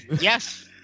Yes